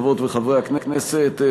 חברות וחברי הכנסת,